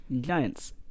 Giants